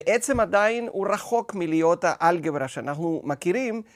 עצם עדיין הוא רחוק מלהיות האלגברה שאנחנו מכירים.